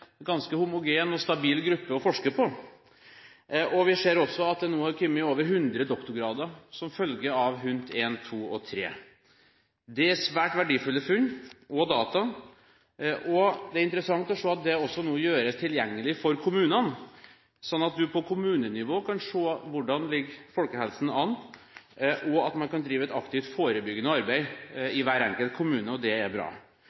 ganske homogen og stabil gruppe å forske på. Vi ser også at det er kommet over hundre doktorgrader som følge av HUNT 1, 2 og 3. Det er svært verdifulle funn og data. Det er interessant at dette nå gjøres tilgjengelig for kommunene, slik at en på kommunenivå kan se hvordan det ligger an med folkehelsen – slik at man kan drive et aktivt, forebyggende arbeid i hver enkelt kommune. Det er bra.